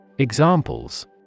Examples